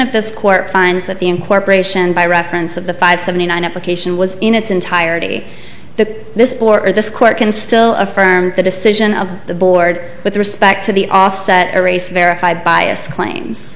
if this court finds that the incorporation by reference of the five seventy nine application was in its entirety the this or this court can still affirm the decision of the board with respect to the offset or race verified bias claims